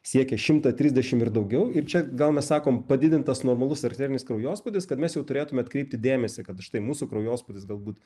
siekia šimtą trisdešim ir daugiau ir čia gal mes sakom padidintas normalus arterinis kraujospūdis kad mes jau turėtume atkreipti dėmesį kad štai mūsų kraujospūdis galbūt